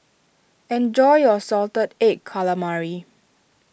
enjoy your Salted Egg Calamari